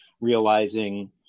realizing